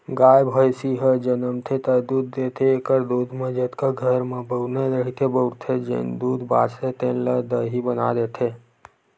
गाय, भइसी ह जमनथे त दूद देथे एखर दूद म जतका घर म बउरना रहिथे बउरथे, जेन दूद बाचथे तेन ल दही बना देथे